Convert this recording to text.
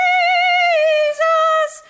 Jesus